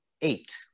eight